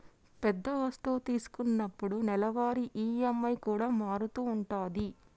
పెద్ద వస్తువు తీసుకున్నప్పుడు నెలవారీ ఈ.ఎం.ఐ కూడా మారుతూ ఉంటది